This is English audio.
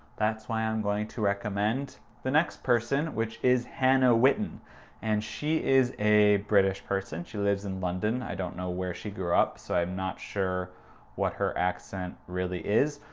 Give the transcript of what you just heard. that's why i'm going to recommend the next person, which is hannah witton and she is a british person, she lives in london. i don't know where she grew up, so i'm not sure what her accent really is,